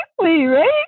right